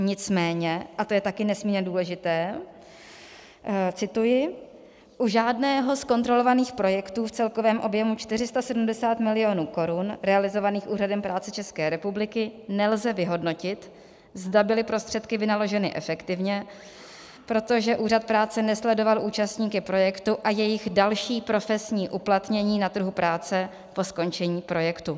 Nicméně a to je také nesmírně důležité cituji: U žádného z kontrolovaných projektů v celkovém objemu 470 mil. korun realizovaných Úřadem práce ČR nelze vyhodnotit, zda byly prostředky vynaloženy efektivně, protože Úřad práce nesledoval účastníky projektu a jejich další profesní uplatnění na trhu práce po skončení projektu.